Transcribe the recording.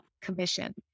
Commission